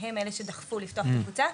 שהם אלה שדחפו לפתוח את הקבוצה,